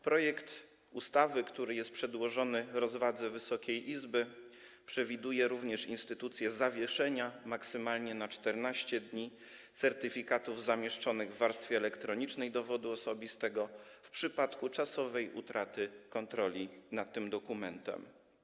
Projekt ustawy, który jest przedłożony, poddany pod rozwagę Wysokiej Izbie, przewiduje również instytucję zawieszenia, maksymalnie na 14 dni, certyfikatów zamieszczonych w warstwie elektronicznej dowodu osobistego w przypadku czasowej utraty kontroli nad tym dokumentem.